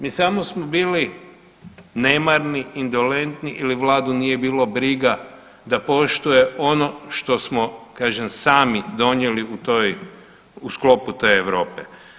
Mi samo smo bili nemarni, indolentni ili vladu nije bilo briga da poštuje ono što smo kažem sami donijeli u sklopu te Europe.